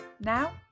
Now